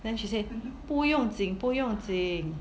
then she say 不用紧不用紧